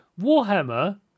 Warhammer